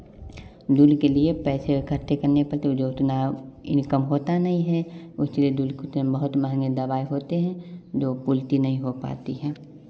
दूर के लिए पैसे इकट्ठे करने पड़ते हैं जो उतना इनकम होता नहीं हैं इसलिए दूर का बहुत महंगे दवा होते हैं जो पूर्ति नहीं हो पाते हैं